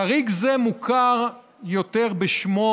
חריג זה מוכר יותר בשמו: